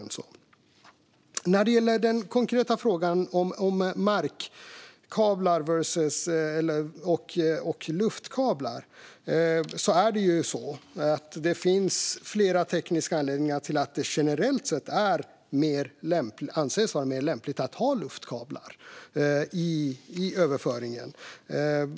När det gäller den konkreta frågan om markkablar kontra luftkablar finns det flera tekniska anledningar till att det generellt sett anses vara mer lämpligt med luftkablar för överföringen.